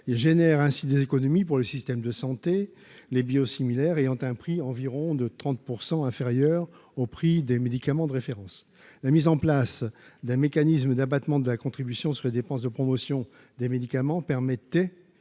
et génère ainsi des économies pour le système de santé, les biosimilaire ayant un prix, environ de 30 % inférieur au prix des médicaments de référence, la mise en place d'un mécanisme d'abattement de la contribution sur les dépenses de promotion des médicaments permettait